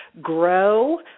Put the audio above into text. grow